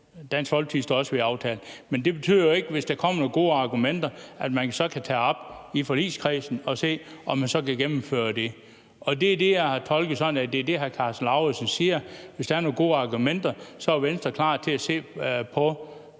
Dansk Folkeparti står også ved aftalen, men det betyder jo ikke, at man, hvis der kommer nogle gode argumenter, så ikke kan tage det op i forligskredsen og se, om man så kan gennemføre det. Det er sådan, jeg har tolket det, hr. Karsten Lauritzen siger. Hvis der er nogle gode argumenter, er Venstre klar til at se på,